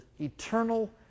eternal